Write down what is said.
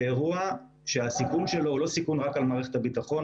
שזה אירוע שהסיכון שלו הוא לא סיכון רק על מערכת הביטחון,